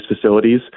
facilities